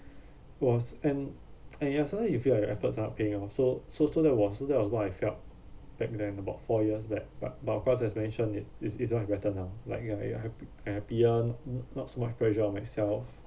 was and and ya sometimes you feel like your efforts are not paying off so so so that was so that was what I felt back then about four years back but but of course as mentioned is is much better now like you are you are hap~ happy n~ not so much pressure on myself